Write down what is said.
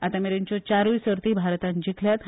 आता मेरेनच्यो चारूय सर्ती भारतान जिखल्यात